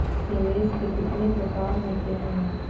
निवेश के कितने प्रकार होते हैं?